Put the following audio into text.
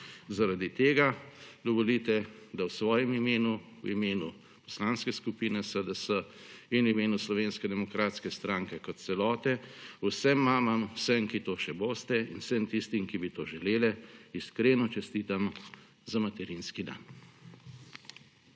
Zaradi tega dovolite, da v svojem imenu, v imenu Poslanske skupine SDS in v imenu Slovenske demokratske stranke kot celote vsem mamam, vsem, ki to še boste, in vsem tistim, ki bi to želele, iskreno čestitam za materinski dan.